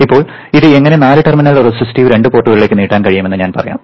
ഇപ്പോൾ ഇത് എങ്ങനെ നാല് ടെർമിനൽ റെസിസ്റ്റീവ് രണ്ട് പോർട്ടുകളിലേക്ക് നീട്ടാൻ കഴിയുമെന്ന് ഞാൻ പറയാം